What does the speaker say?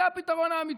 זה הפתרון האמיתי.